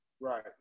Right